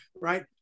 right